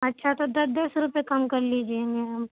اچھا تو دس دس روپئے کم کر لیجیے میم